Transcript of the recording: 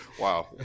Wow